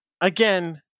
Again